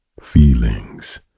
feelings